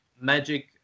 magic